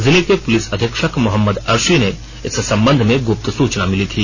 जिले के पुलिस अधीक्षक मोहम्मद अर्शी को इस संबंध में गुप्त सूचना मिली थी